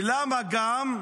ולמה גם?